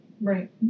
Right